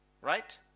right